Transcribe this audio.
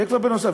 זה כבר בנוסף.